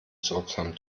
sorgsam